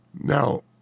Now